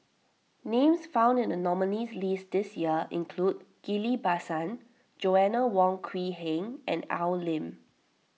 names found in the nominees' list this year include Ghillie Basan Joanna Wong Quee Heng and Al Lim